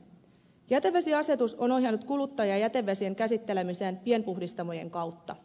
jätevesiasetus on ohjannut kuluttajia jätevesien käsittelemiseen pienpuhdistamojen kautta